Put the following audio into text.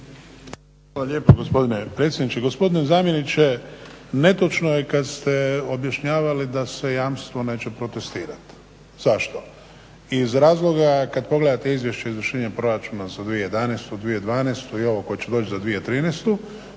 Hvala lijepa gospodine predsjedniče. Gospodine zamjeniče, netočno je kad ste objašnjavali da se jamstvo neće protestirati. Zašto? Iz razloga kad pogledate izvješće o izvršenju proračuna za 2011., 2012. i ovo koje će doći za 2013.